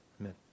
Amen